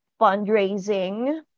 fundraising